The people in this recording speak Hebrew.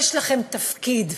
יש לכם תפקיד,